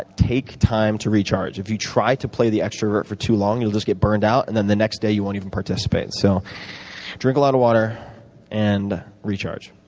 take time to recharge. if you try to play the extrovert for too long, you'll just get burned out and then the next day you won't even participate. so drink a lot of water and recharge.